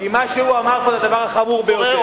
כי מה שהוא אמר פה זה דבר חמור ביותר.